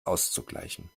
auszugleichen